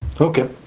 Okay